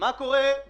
כי כרגע האנשים